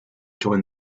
join